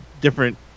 different